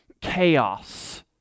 chaos